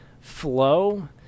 flow